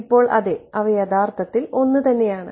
ഇപ്പോൾ അതെ അവ യഥാർത്ഥത്തിൽ ഒന്നുതന്നെയാണ്